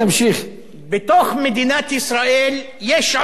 בתוך מדינת ישראל יש עוני בכל מקום.